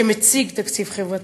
שמציג תקציב חברתי,